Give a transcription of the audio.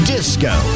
Disco